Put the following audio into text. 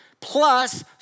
plus